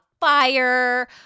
fire